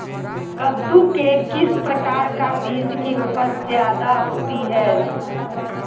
कददु के किस प्रकार का बीज की उपज जायदा होती जय?